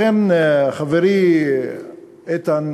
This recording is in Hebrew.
לכן, חברי איתן